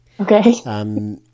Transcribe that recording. Okay